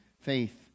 faith